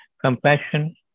compassion